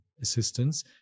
assistance